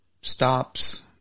stops